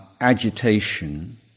agitation